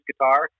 guitar